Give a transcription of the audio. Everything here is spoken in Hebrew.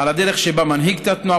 על הדרך שבה מנהיג את התנועה,